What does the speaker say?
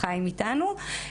חיים איתנו,